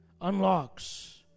unlocks